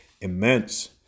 Immense